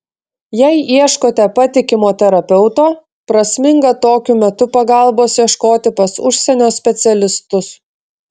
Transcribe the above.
jei ieškote patikimo terapeuto prasminga tokiu metu pagalbos ieškoti pas užsienio specialistus